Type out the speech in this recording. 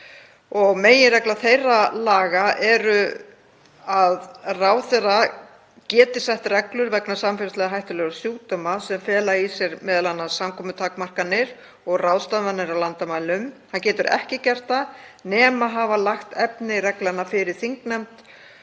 Meginregla þeirra laga er að ráðherra geti sett reglur vegna samfélagslega hættulegra sjúkdóma sem fela m.a. í sér samkomutakmarkanir og ráðstafanir á landamærum. Hann getur ekki gert það nema hafa lagt efni reglnanna fyrir þingnefnd